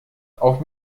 auf